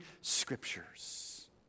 scriptures